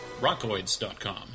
Rockoids.com